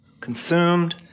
consumed